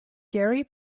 gary